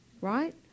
Right